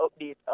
update